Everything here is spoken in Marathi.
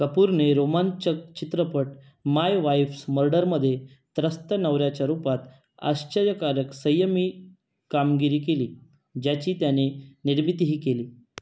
कपूरने रोमांचक चित्रपट माय वाईफ्स मर्डरमध्ये त्रस्त नवऱ्याच्या रूपात आश्चर्यकारक संयमी कामगिरी केली ज्याची त्याने निर्मितीही केली